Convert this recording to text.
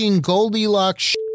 goldilocks